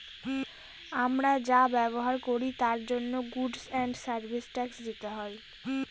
আমরা যা ব্যবহার করি তার জন্য গুডস এন্ড সার্ভিস ট্যাক্স দিতে হয়